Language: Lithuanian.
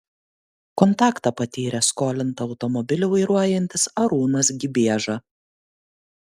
kontaktą patyrė skolinta automobilį vairuojantis arūnas gibieža